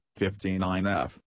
59F